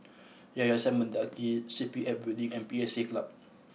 Yayasan Mendaki C P F Building and P S A Club